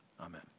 Amen